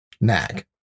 Nag